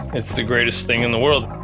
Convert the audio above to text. it's the greatest thing in the world.